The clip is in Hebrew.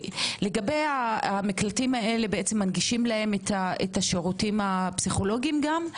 המקלטים האלה מנגישים להם את השירותים הפסיכולוגיים גם,